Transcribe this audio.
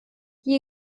die